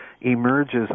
emerges